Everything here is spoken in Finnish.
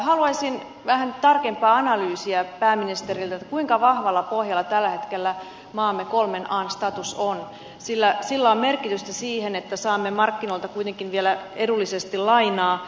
haluaisin vähän tarkempaa analyysiä pääministeriltä siitä kuinka vahvalla pohjalla tällä hetkellä maamme kolmen an status on sillä sillä on merkitystä sen kannalta että saamme markkinoilta kuitenkin vielä edullisesti lainaa